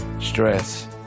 stress